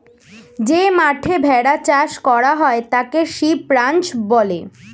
যে মাঠে ভেড়া চাষ করা হয় তাকে শিপ রাঞ্চ বলে